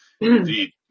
Indeed